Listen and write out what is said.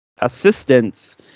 assistance